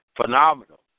phenomenal